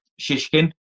Shishkin